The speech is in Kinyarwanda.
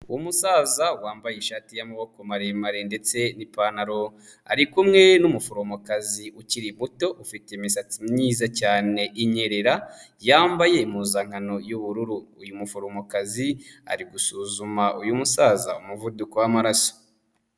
Umusaza wambaye ishati y'amaboko maremare ndetse n'ipantaro, ari kumwe n'umuforomokazi ukiri muto ufite imisatsi myiza cyane inyerera, yambaye impuzankano y'ubururu. Uyu muforomokazi ari gusuzuma uyu musaza umuvuduko w'amaraso.